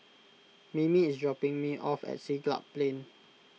Mimi is dropping me off at Siglap Plain